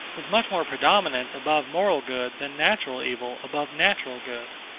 is much more predominant above moral good than natural evil above natural good.